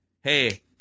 Hey